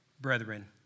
brethren